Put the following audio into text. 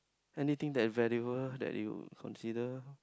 anything that value that you consider